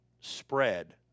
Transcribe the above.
spread